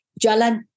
Jalan